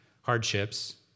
hardships